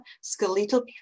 skeletal